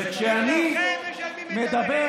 וכשאני מדבר,